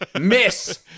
miss